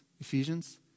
Ephesians